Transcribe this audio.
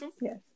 Yes